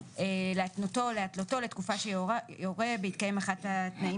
להתנותו או להתלותו לתקופה שיורה בהתקיים אחד התנאים